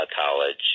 college